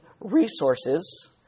resources